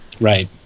Right